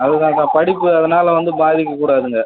அதுதான் சார் படிப்பு அதனால் வந்து பாதிக்கக்கூடாதுங்க